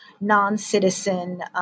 non-citizen